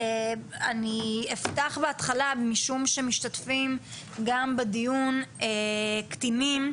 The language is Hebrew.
כיוון שמשתתפים בדיון גם קטינים,